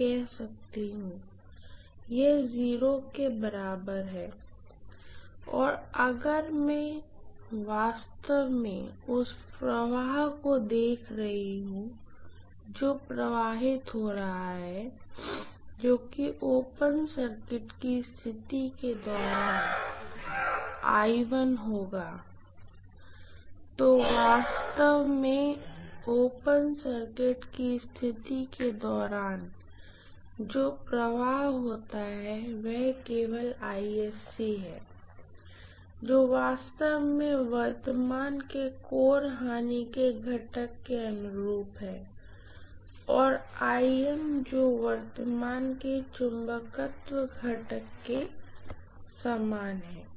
कह सकती हूँ और यह के बराबर है और अगर मैं वास्तव में उस प्रवाह को देख रहा हूं जो प्रवाहित हो रहा है जो कि ओपन सर्किट की स्थिति के दौरान होगा तो वास्तव में ओपन सर्किट की स्थिति के दौरान जो प्रवाह होता है वह केवल है जो वास्तव में करंट के कोर लॉसघटक के अनुरूप है और जो करंट के मैग्नेटाज़िंग घटक के समान है